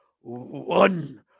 one